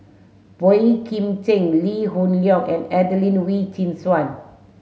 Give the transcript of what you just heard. Boey Kim Cheng Lee Hoon Leong and Adelene Wee Chin Suan